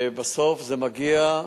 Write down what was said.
שבסוף זה מגיע,